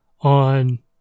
on